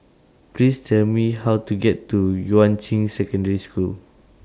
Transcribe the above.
Please Tell Me How to get to Yuan Ching Secondary School